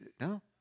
no